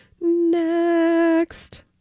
next